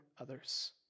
others